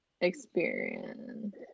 experience